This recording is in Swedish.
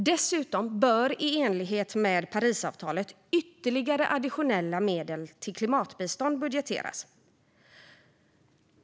Dessutom bör i enlighet med Parisavtalet ytterligare additionella medel till klimatbistånd budgeteras.